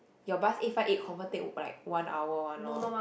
your bus eight five eight confirm take over like one hour one lor